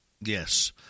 Yes